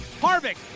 Harvick